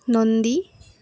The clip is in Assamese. নন্দী